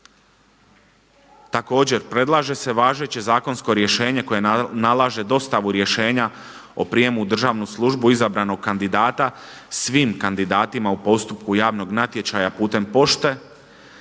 Također, predlaže se važeće zakonsko rješenje koje nalaže dostavu rješenja o prijemu u državnu službu izabranog kandidata svim kandidatima u postupku javnog natječaja putem pošte